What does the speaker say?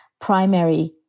primary